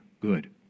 good